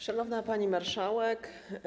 Szanowna Pani Marszałek!